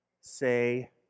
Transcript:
say